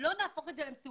לא נהפוך את זה למסובך.